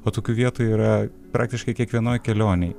o tokių vietų yra praktiškai kiekvienoj kelionėj